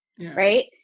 Right